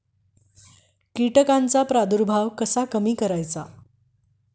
कीटकांचा प्रादुर्भाव कसा कमी करायचा?